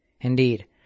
Indeed